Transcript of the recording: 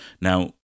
Now